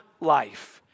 life